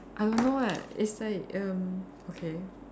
I don't know eh it's like erm okay